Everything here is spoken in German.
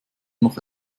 noch